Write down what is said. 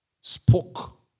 spoke